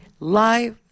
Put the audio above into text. Live